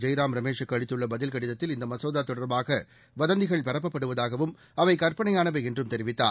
ஜெய்ராம் ரமேஷூக்குஅளித்துள்ளபதில் கடிதத்தில் இந்தமசோதாதொடர்பாகவதந்திகள் பரப்பப்படுவதாகவும் அவைகற்பனையானவைஎன்றும் தெரிவித்தார்